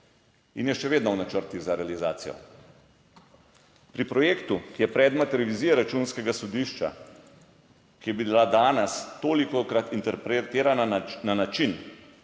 in je še vedno v načrtih za realizacijo. Pri projektu, ki je predmet revizije računskega sodišča, ki je bila danes tolikokrat interpretirana na način,